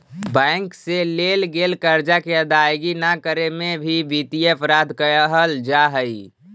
bank से लेल गेल कर्जा के अदायगी न करे में भी वित्तीय अपराध कहल जा हई